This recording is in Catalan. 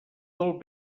vol